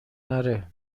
نره